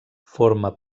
forma